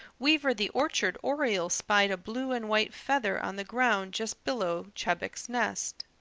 weaver the orchard oriole spied a blue and white feather on the ground just below chebec's nest.